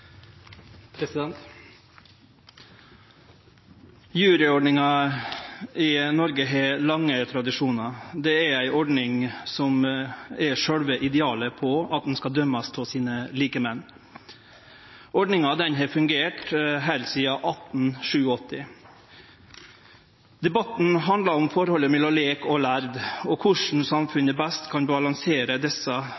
ei ordning som er sjølve idealet på at ein skal dømmast av sine likemenn. Ordninga har fungert heilt sidan 1887. Debatten handlar om forholdet mellom lek og lærd og korleis